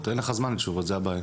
זה מאוד חשוב.